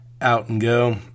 out-and-go